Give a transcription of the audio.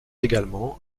également